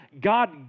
God